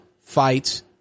fights